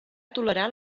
tolerar